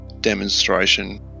demonstration